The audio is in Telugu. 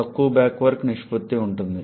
తక్కువ బ్యాక్ వర్క్ నిష్పత్తి ఉంటుంది